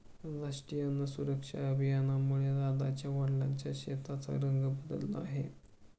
राष्ट्रीय अन्न सुरक्षा अभियानामुळे राधाच्या वडिलांच्या शेताचा रंग बदलला आहे